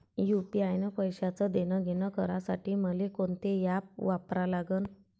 UPI न पैशाचं देणंघेणं करासाठी मले कोनते ॲप वापरा लागन?